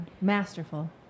Masterful